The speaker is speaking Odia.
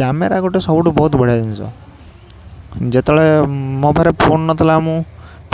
କ୍ୟାମେରା ଗୋଟେ ସବୁଠୁ ବହୁତ ବଢ଼ିଆ ଜିନିଷ ଯେତେବେଳେ ମୋ ପାଖରେ ଫୋନ୍ ନ ଥିଲା ମୁଁ